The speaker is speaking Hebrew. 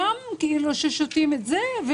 ששותים את זה,